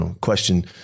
question